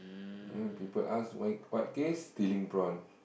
ah people ask why what case stealing prawn